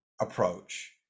approach